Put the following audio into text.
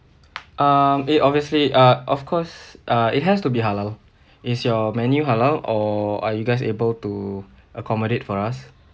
um eh obviously uh of course uh it has to be halal is your menu halal or are you guys able to accommodate for us